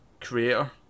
creator